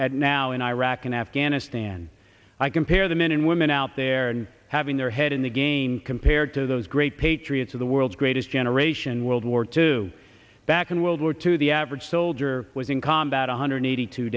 important now in iraq and afghanistan i compare the men and women out there and having their head in the game compared to those great patriots of the world's greatest generation world war two back in world war two the average soldier was in combat one hundred eighty two